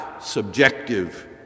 subjective